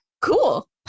Cool